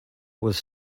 was